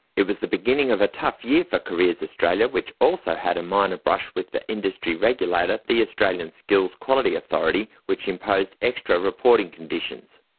it was the beginning of a tough year for careers australia, which also had a minor brush with the industry regulator the australian skills quality authority, which imposed extra reporting conditions.